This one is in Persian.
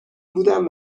بودم